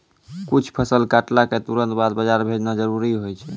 कुछ फसल कटला क तुरंत बाद बाजार भेजना जरूरी होय छै